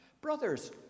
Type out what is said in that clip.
Brothers